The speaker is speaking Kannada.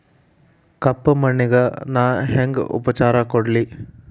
ಕಪ್ಪ ಮಣ್ಣಿಗ ನಾ ಹೆಂಗ್ ಉಪಚಾರ ಕೊಡ್ಲಿ?